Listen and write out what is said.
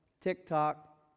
TikTok